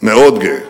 מאוד גאה.